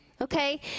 okay